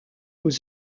aux